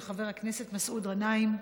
של חבר הכנסת מסעוד גנאים.